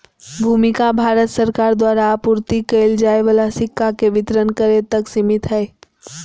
भूमिका भारत सरकार द्वारा आपूर्ति कइल जाय वाला सिक्का के वितरण करे तक सिमित हइ